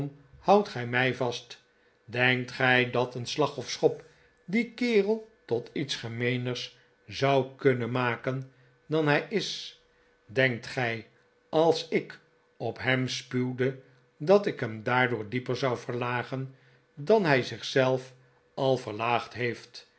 houdt gij mij vast denkt gij dat een slag of schop dien kerel tot iets gemeeners zou kunnen maken dan hij is denkt gij als ik op hem spuwde dat ik hem daar door dieper zou verlagen dan hij zich zelf al verlaagd heeft